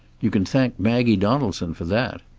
you can thank maggie donaldson for that.